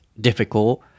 difficult